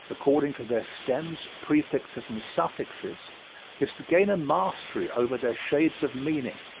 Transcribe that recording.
according to their stems, prefixes, and suffixes is to gain a mastery over their shades of meaning,